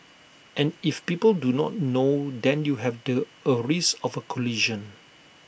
and if people do not know then you have A risk of A collision